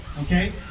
okay